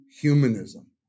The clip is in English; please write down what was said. humanism